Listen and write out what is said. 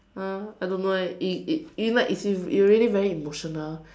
!huh! I don't know eh it it it you know like if you you really very emotional